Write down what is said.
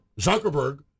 Zuckerberg